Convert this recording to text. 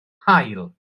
haul